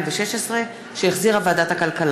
הכרזה למזכירת הכנסת.